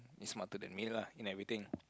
smarter than me lah in everything